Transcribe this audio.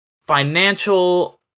financial